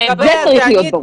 זה צריך להיות ברור.